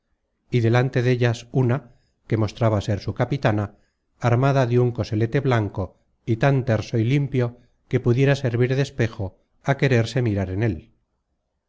y delante dellas una que mostraba ser su capitana armada de un coselete blanco y tan terso y limpio que pudiera servir de espejo á quererse mirar en él